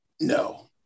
No